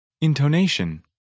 Intonation